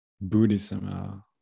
Buddhism